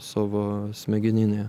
savo smegeninėje